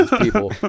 people